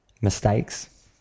mistakes